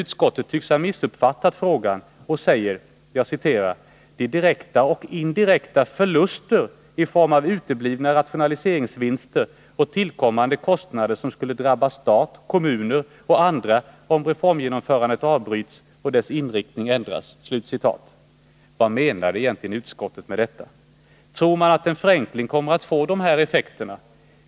Utskottet tycks emellertid ha missuppfattat frågan och talar bl.a. om ”de direkta och indirekta förluster i form av uteblivna rationaliseringsvinster och tillkommande kostnader som skulle drabba stat, kommun och andra, om reformgenomförandet avbryts och dess inriktning ändras”. Vad menar utskottet egentligen med detta? Tror man att en förenkling kommer att få de här effekterna?